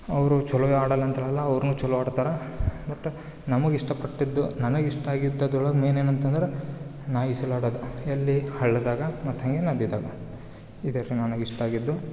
ಅವರು ಚಲೋ ಆಡೋಲ್ಲ ಅಂತಾರಲ್ಲ ಅವ್ರು ಚಲೋ ಆಡ್ತಾರೆ ಬಟ್ ನಮ್ಗೆ ಇಷ್ಟಪಟ್ಟಿದ್ದು ನನಗ್ ಇಷ್ಟ ಆಗದ್ದಿದ್ದದ್ರೊಳಗೆ ಮೇನ್ ಏನಂತಂದರೆ ನಾ ಈಜಾಡೋದು ಎಲ್ಲಿ ಹಳ್ದಾಗೆ ಮತ್ತು ಹಂಗೆ ನದಿಯಾಗ ಇದೆ ರೀ ನನಗ್ ಇಷ್ಟ ಆಗಿದ್ದು